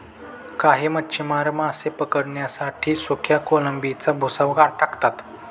काही मच्छीमार मासे पकडण्यासाठी सुक्या कोळंबीचा भुगा टाकतात